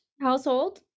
household